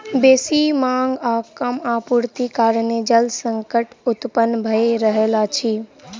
बेसी मांग आ कम आपूर्तिक कारणेँ जल संकट उत्पन्न भ रहल अछि